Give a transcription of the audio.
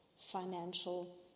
financial